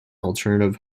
alternative